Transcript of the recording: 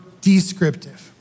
descriptive